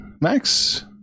Max